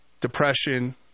depression